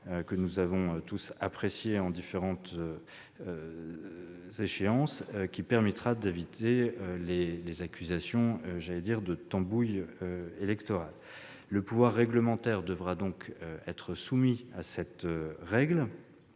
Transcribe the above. que nous avons tous apprécié à différentes occasions, permettra d'éviter les accusations de « tambouille électorale ». Le pouvoir réglementaire sera tenu de respecter cette règle,